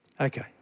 Okay